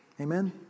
Amen